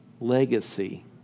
legacy